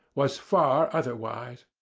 was far otherwise.